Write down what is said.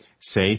say